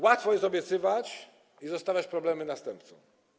Łatwo jest obiecywać i zostawiać problemy następcom.